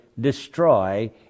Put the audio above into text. destroy